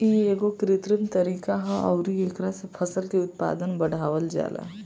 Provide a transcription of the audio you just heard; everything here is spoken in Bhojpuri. इ एगो कृत्रिम तरीका ह अउरी एकरा से फसल के उत्पादन बढ़ावल जाला